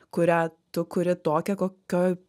kurią tu kuri tokią kokioj